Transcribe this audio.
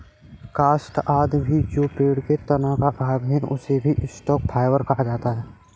काष्ठ आदि भी जो पेड़ के तना का भाग है, उसे भी स्टॉक फाइवर कहा जाता है